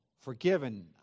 forgiven